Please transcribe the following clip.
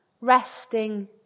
resting